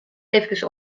efkes